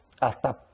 hasta